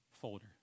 folder